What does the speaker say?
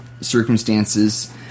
circumstances